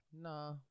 Nah